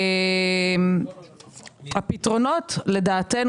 הפתרונות לדעתנו,